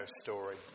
story